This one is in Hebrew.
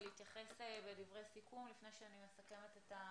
להתייחס בדברי סיכום לפני שאני מסכמת את הדיון?